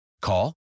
Call